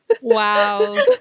wow